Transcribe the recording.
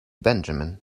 benjamin